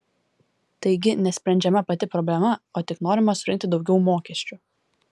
taigi nesprendžiama pati problema o tik norima surinkti daugiau mokesčių